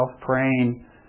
praying